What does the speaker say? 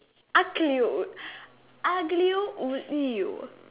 Aglio Aglio-Olio